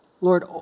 Lord